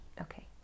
Okay